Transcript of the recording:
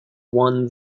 one